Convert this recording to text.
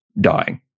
dying